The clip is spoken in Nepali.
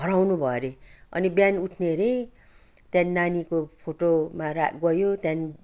हराउनु भयो अरे अनि बिहान उठ्ने अरे त्यहाँदेखिन् नानीको फोटो त्यहाँदेखिन्